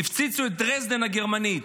הפציצו את דרזדן הגרמנית,